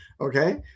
Okay